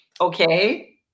okay